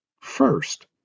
First